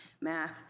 math